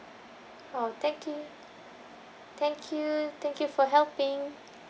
oh thank you thank you thank you for helping